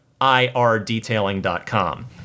irdetailing.com